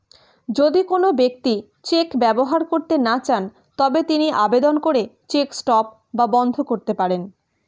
যদি কোন ব্যক্তি চেক ব্যবহার করতে না চান তবে তিনি আবেদন করে চেক স্টপ বা বন্ধ করতে পারেন